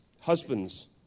Husbands